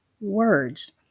words